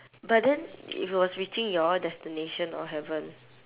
but then if it was reaching your destination or haven't